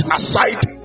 aside